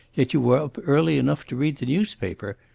yet you were up early enough to read the newspaper.